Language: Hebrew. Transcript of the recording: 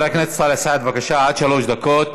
חבר הכנסת סאלח סעד, בבקשה, עד שלוש דקות.